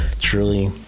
truly